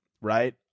right